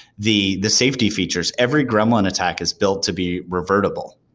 the the safety features, every gremlin attack is built to be revertible,